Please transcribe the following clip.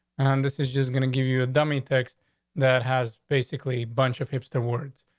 and this is just gonna give you a dummy text that has basically bunch of hips towards.